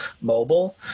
mobile